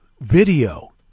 video